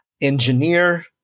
engineer